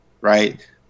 right